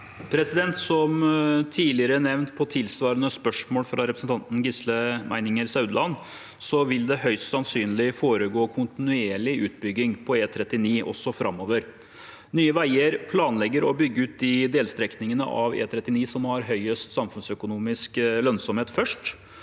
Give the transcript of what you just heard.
Som tidligere nevnt i svar på tilsvarende spørsmål fra representanten Gisle Meininger Saudland vil det høyst sannsynlig foregå kontinuerlig utbygging på E39 også framover. Nye veier planlegger å bygge ut de delstrekningene av E39 som har høyest samfunnsøkonomisk lønnsomhet, først,